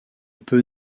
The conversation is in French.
peut